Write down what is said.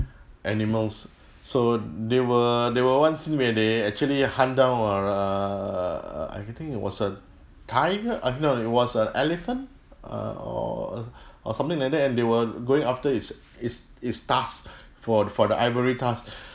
animals so they were they were one scene where they actually hunt down err I think it was a tiger uh no it was a elephant uh or uh or something like that and they were going after its its its tusk for the for the ivory tusks